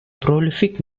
prolific